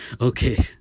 Okay